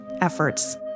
efforts